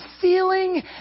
feeling